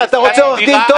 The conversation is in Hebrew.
אתה רוצה עורך דין טוב.